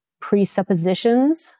presuppositions